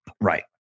right